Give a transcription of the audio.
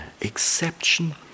exception